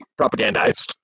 propagandized